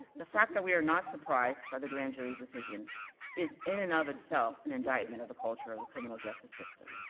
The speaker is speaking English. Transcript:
the fact that we are not surprised by the grand jury decision is in and of itself an indictment of the culture of the criminal justice system,